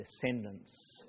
descendants